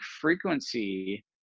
frequency